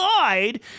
lied